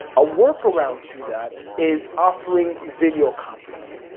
a work around to that is offering video conferencing,